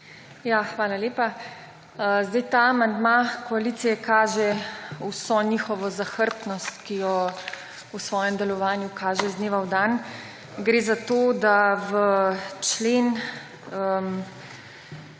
Hvala lepa. Zdaj, ta amandma koalicije kaže vso njihovo zahrbtnost, ki jo v svojem delovanju kaže iz dneva v dan. Gre za to, da v člen